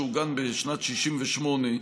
שעוגן בשנת 1968,